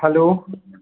hello